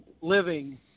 living